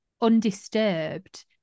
undisturbed